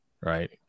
right